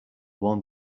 one